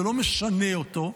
זה לא משנה אותו,